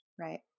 Right